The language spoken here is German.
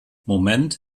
moment